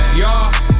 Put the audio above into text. Y'all